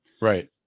Right